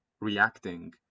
reacting